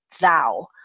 thou